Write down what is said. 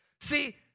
See